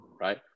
right